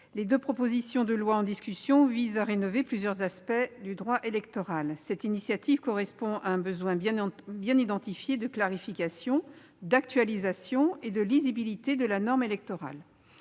les deux propositions de loi en discussion visent à rénover plusieurs aspects du droit électoral. Cette initiative correspond à un besoin bien identifié de clarification, d'actualisation et de lisibilité de la norme électorale.